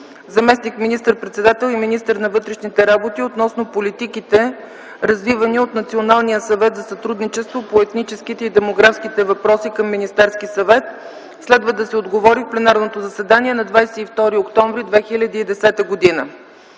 заместник министър-председател и министър на вътрешните работи, относно политиките, развивани от Националния съвет за сътрудничество по етническите и демографските въпроси към Министерския съвет. Следва да се отговори в пленарното заседание на 22 октомври 2010 г.